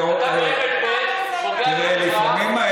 אתה יודע כמוני,